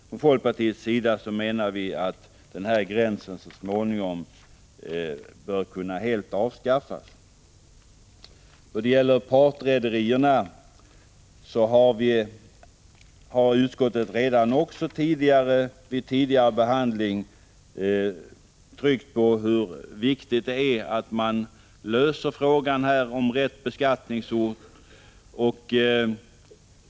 Från folkpartiets sida menar vi att denna gräns så småningom bör kunna avskaffas helt. Även i fråga om partrederierna har utskottet uttalat sig tidigare och betonat hur viktigt det är att frågan om rätt beskattningsort löses.